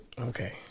Okay